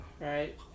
Right